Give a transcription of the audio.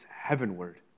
heavenward